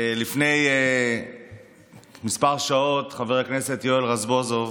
לפני כמה שעות חבר הכנסת יואל רזבוזוב